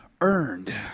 earned